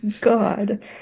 god